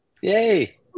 yay